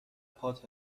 پات